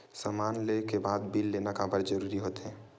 समान ले के बाद बिल लेना काबर जरूरी होथे?